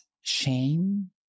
shame